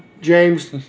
James